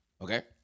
Okay